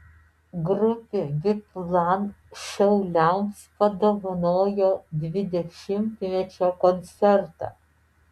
grupė biplan šiauliams padovanojo dvidešimtmečio koncertą